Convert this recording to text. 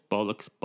Bollocks